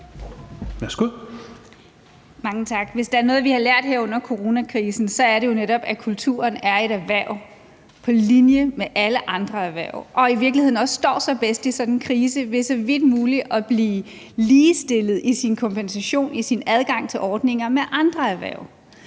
Mange tak. Hvis der er noget, vi har lært her under coronakrisen, så er det jo netop, at kulturen er et erhverv på linje med alle andre erhverv og i virkeligheden også står sig bedst i sådan en krise ved så vidt muligt at blive ligestillet i sin kompensation, i sin adgang til ordninger, med andre erhverv,